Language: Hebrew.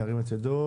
ירים את ידו.